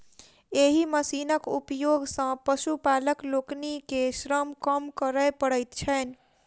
एहि मशीनक उपयोग सॅ पशुपालक लोकनि के श्रम कम करय पड़ैत छैन